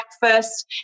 breakfast